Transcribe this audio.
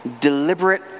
deliberate